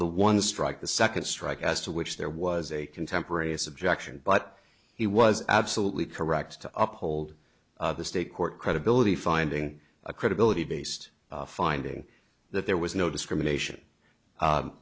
one strike the second strike as to which there was a contemporaneous objection but he was absolutely correct to up hold the state court credibility finding a credibility based finding that there was no discrimination